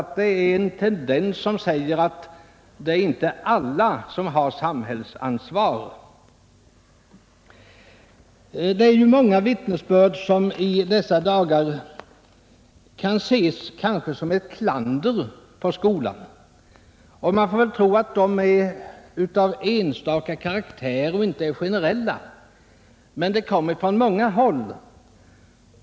Denna tendens visar att inte alla har samhällsansvar. Många vittnesbörd kan i dessa dagar ses som ett klander mot skolan. Man får hoppas att de har karaktären av enstaka företeelser och inte är generella — men de kommer från många håll.